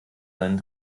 seinen